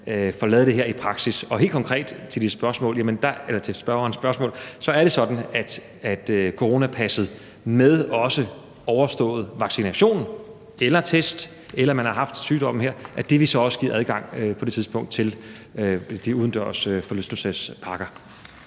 får lavet det her i praksis. Helt konkret til spørgerens spørgsmål vil jeg sige, at det er sådan, at coronapasset med overstået vaccination eller test, eller hvor man har haft sygdommen, også vil give adgang på det tidspunkt til de udendørs forlystelsesparker.